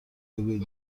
بگویید